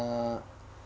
err